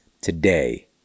today